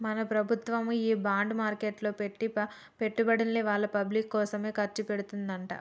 మన ప్రభుత్వము ఈ బాండ్ మార్కెట్లో పెట్టి పెట్టుబడుల్ని వాళ్ళ పబ్లిక్ కోసమే ఖర్చు పెడతదంట